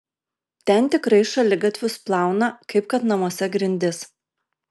ten tikrai šaligatvius plauna kaip kad namuose grindis